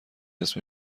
اسم